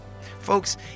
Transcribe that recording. Folks